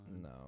No